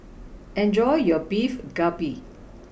enjoy your Beef Galbi